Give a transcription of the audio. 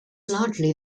largely